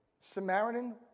Samaritan